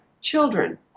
children